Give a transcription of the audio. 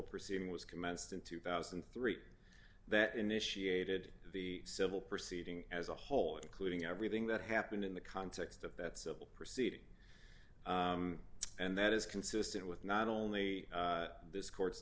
proceeding was commenced in two thousand and three that initiated the civil proceeding as a whole including everything that happened in the context of that civil proceeding and that is consistent with not only this court's